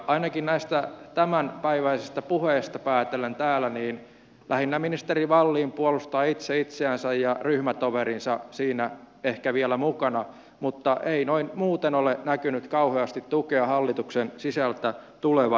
ainakin näistä tämänpäiväisistä puheista päätellen täällä lähinnä ministeri wallin puolustaa itse itseänsä ja ryhmätoverinsa siinä ehkä vielä mukana mutta ei noin muuten ole näkynyt kauheasti tukea hallituksen sisältä tulevan